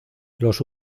los